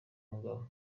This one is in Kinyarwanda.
mugabo